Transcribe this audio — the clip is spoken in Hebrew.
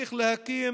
צריך להקים